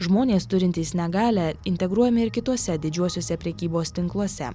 žmonės turintys negalią integruojami ir kituose didžiuosiuose prekybos tinkluose